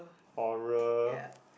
horror